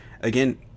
again